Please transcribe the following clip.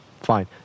Fine